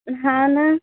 हो ना